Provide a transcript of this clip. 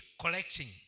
collecting